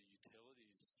utilities